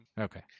Okay